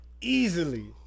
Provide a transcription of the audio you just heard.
easily